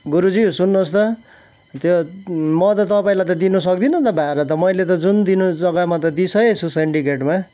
गुरुजी सुन्नुहोस् त त्यो म त तपाईँलाई त दिनु सक्दिनँ त भाडा त मैले त जुन दिनु जग्गामा त दिइसकेकोछु सेन्डिकेटमा